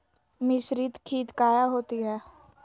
मिसरीत खित काया होती है?